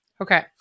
Okay